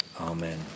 amen